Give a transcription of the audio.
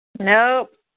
Nope